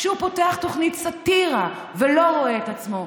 כשהוא פותח תוכנית סאטירה ולא רואה את עצמו,